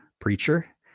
preacher